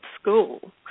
school